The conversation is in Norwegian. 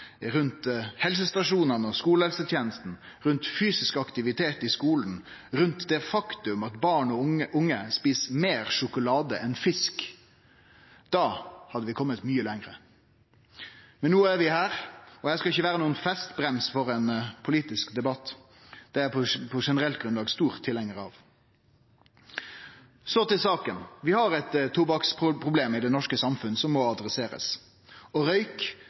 helsestasjonane og skulehelsetenesta, for fysisk aktivitet i skulen og det faktum at barn og unge et meir sjokolade enn fisk, da hadde vi kome mykje lenger. Men no er vi her, og eg skal ikkje vere nokon festbrems for ein politisk debatt, det er eg på generelt grunnlag stor tilhengjar av. Så til saka: Vi har eit tobakksproblem i det norske samfunnet som må adresserast, og røyk